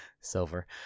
Silver